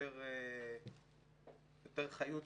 יותר חיות,